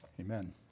Amen